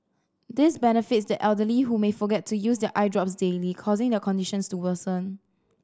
this benefits the elderly who may forget to use their eye drops daily causing their condition to worsen